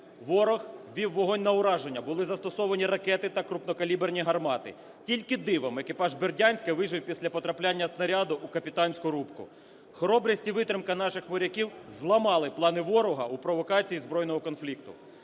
Ворог вів вогонь на ураження, були застосовані ракети та крупнокаліберні гармати. Тільки дивом екіпаж "Бердянська" вижив після потрапляння снаряду у капітанську рубку. Хоробрість і витримка наших моряків зламали плани ворога у провокації збройного конфлікту.